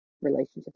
relationships